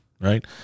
Right